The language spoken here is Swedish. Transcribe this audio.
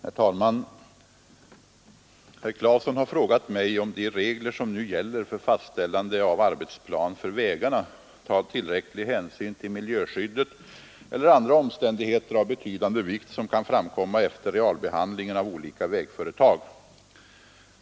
Herr talman! Herr Claeson har frågat mig om de regler som nu gäller för fastställande av arbetsplan för vägarna tar tillräcklig hänsyn till miljöskyddet eller andra omständigheter av betydande vikt som kan framkomma efter realbehandlingen av olika vägföretag.